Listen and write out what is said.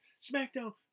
SmackDown